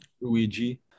Luigi